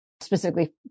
specifically